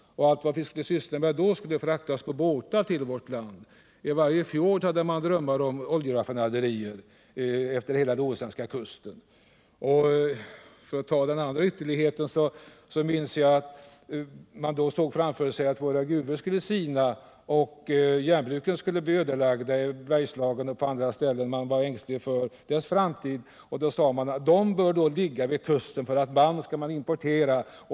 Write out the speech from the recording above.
Vad vi än sysslade med på den tiden, så skulle allting fraktas på båtar till vårt land. Man drömde om att det skulle finnas oljeraffinaderier vid varje fjord efter hela bohuslänska kusten. Å andra sidan — för att ta 33 den andra ytterligheten — minns jag att man såg framför sig att våra gruvor skulle sina och att järnbruken skulle bli ödelagda i Bergslagen och på andra ställen. Man var ängslig för järnbrukens framtid och sade att de borde ligga vid kusten eftersom det skulle bli nödvändigt att importera malm.